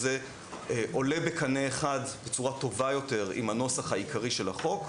זה עולה בקנה אחד בצורה טובה יותר עם הנוסח העיקרי של החוק,